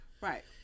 right